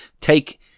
take